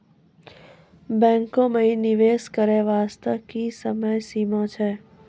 बैंको माई निवेश करे बास्ते की समय सीमा छै?